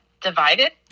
divided